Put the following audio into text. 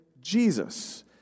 Jesus